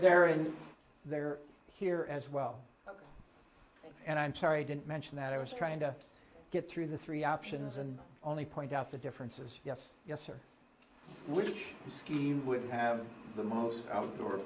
there and they're here as well and i'm sorry didn't mention that i was trying to get through the three options and only point out the differences yes yes or which scheme would have the most outdoor